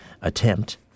attempt